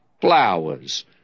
flowers